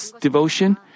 devotion